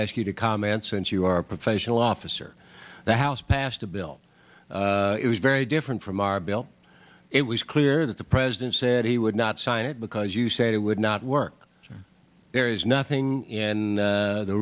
ask you to comment since you are a professional officer the house passed a bill that was very different from our bill it was clear that the president said he would not sign it because you said it would not work there is nothing in